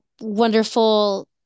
wonderful